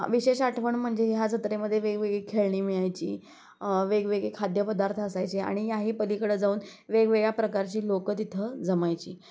विशेष आठवण म्हणजे ह्या जत्रेमध्ये वेगवेगळी खेळणी मिळायची वेगवेगळे खाद्यपदार्थ असायचे आणि याही पलीकडे जाऊन वेगवेगळ्या प्रकारची लोकं तिथे जमायची